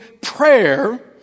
prayer